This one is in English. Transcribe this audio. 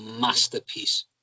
masterpiece